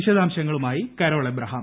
വിശദാംശങ്ങളുമായി Carol Abraham